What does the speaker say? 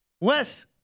Wes